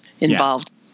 involved